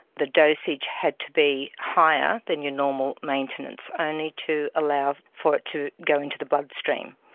the dosage had to be higher than your normal maintenance ah only to allow for it to go into the bloodstream.